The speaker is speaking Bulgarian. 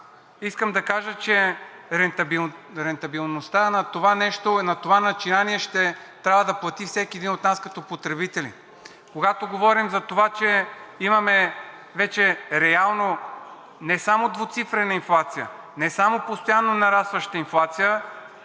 искам да кажа, че рентабилността на това нещо и на това начинание ще трябва да плати всеки един от нас като потребители. Когато говорим за това, че вече имаме реално не само двуцифрена инфлация, не само постоянно нарастваща инфлация,